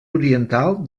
oriental